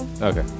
okay